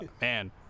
man